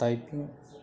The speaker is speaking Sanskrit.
टैपिङ्ग्